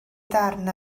darn